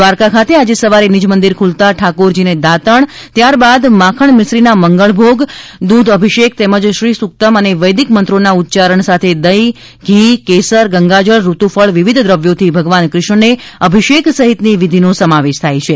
દ્વારકા ખાતે આજે સવારે નીજમંદિર ખુલતા ઠાકોરજીને દાતણ ત્યારબાદ માખણ મીસરીના મંગલભોગ દુધ અભિષેક તેમજ શ્રીસુકતમ અને વૈદિક મંત્રોના ઉચ્ચારણ સાથે દહી ઘી કેસર ગંગાજળ ઋતુફળ વિવિધ દ્રવ્યોથી ભગવાન કૃષ્ણને અભિષેક સહિતની વિધિનો સમાવેશ થાય છે